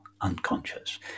unconscious